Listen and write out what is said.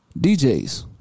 DJs